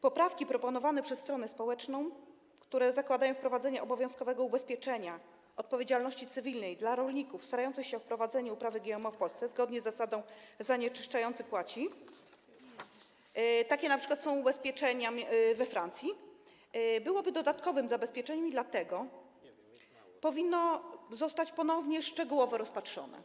Poprawki proponowane przez stronę społeczną, które zakładają wprowadzenie obowiązkowego ubezpieczenia odpowiedzialności cywilnej dla rolników starających się o prowadzenie uprawy GMO w Polsce, zgodnie z zasadą: zanieczyszczający płaci - takie są ubezpieczenia np. we Francji - byłyby dodatkowym zabezpieczeniem i dlatego powinny zostać ponownie szczegółowo rozpatrzone.